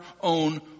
own